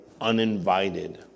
uninvited